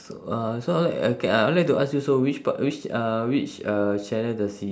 so uh so I'll like okay I would like to ask you so which part which uh which uh channel does he